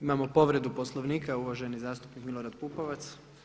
Imamo povredu Poslovnika uvaženi zastupnik Milorad Pupovac.